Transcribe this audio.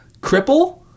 cripple